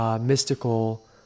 mystical